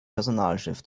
personalchef